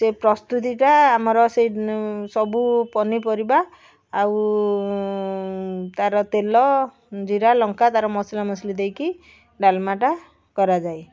ସେ ପ୍ରସ୍ତୁତିଟା ଆମର ସେ ସବୁ ପନିପରିବା ଆଉ ତା'ର ତେଲ ଜିରା ଲଙ୍କା ତାର ମସଲା ମସଲି ଦେଇକି ଡାଲମାଟା କରାଯାଏ